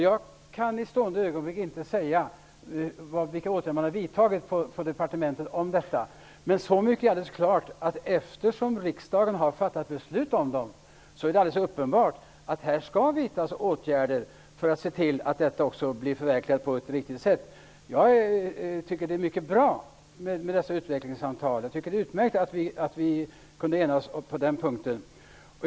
Jag kan i stående ögonblick inte säga vilka åtgärder man har vidtagit på departementet i denna fråga. Men så mycket är alldeles klart, att eftersom riksdagen har fattat beslut om utvecklingssamtal, är det alldeles uppenbart att här skall vidtas åtgärder för att se till att detta blir förverkligat på ett riktigt sätt. Jag tycker att det är mycket bra med dessa utvecklingssamtal. Det är utmärkt att vi kunde ena oss på den punkten.